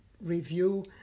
review